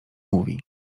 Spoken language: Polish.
mówi